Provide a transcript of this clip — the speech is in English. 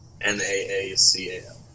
N-A-A-C-A-L